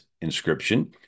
inscription